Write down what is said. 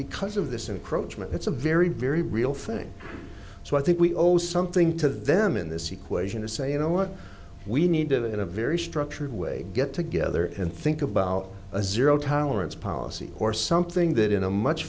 because of this encroachments it's a very very real thing so i think we owe something to them in this equation to say you know what we need to do it in a very structured way get together and think about a zero tolerance policy or something that in a much